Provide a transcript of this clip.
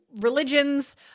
religions